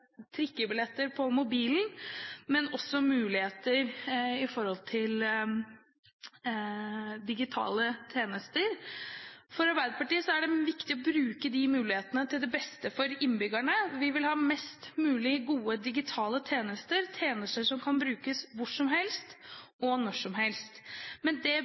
trikkebilletter på mobilen, men også muligheter i forhold til digitale tjenester. For Arbeiderpartiet er det viktig at vi bruker de mulighetene til det beste for innbyggerne; vi vil ha flest mulig gode digitale tjenester, tjenester som kan brukes hvor som helst og når som helst. Men det